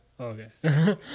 okay